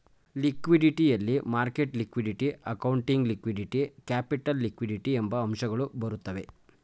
liquidity ಯಲ್ಲಿ market liquidity, accounting liquidity, capital liquidity ಎಂಬ ಅಂಶಗಳು ಬರುತ್ತವೆ